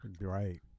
Right